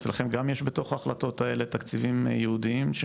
אצלכם יש גם בתוך ההחלטות האלה תקציבים ייעודיים?